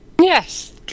Yes